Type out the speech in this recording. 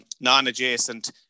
non-adjacent